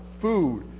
food